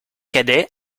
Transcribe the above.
cadet